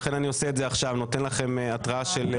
לכן אני עושה את זה עכשיו - נותן לכם התראה של שעה.